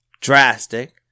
drastic